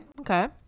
Okay